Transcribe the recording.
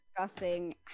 discussing